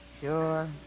Sure